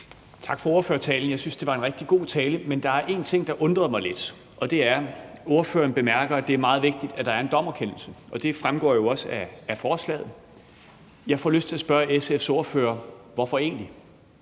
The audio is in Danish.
Tak for ordførertalen. Jeg synes, det var en rigtig god tale, men der var en ting, der undrede mig lidt, og det er, at ordføreren bemærker, at det er meget vigtigt, at der er en dommerkendelse, og det fremgår jo også af forslaget. Jeg får lyst til at spørge SF's ordfører: Hvorfor egentlig?